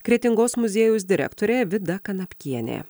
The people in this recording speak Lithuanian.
kretingos muziejaus direktorė vida kanapkienė